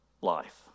life